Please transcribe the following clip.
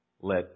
let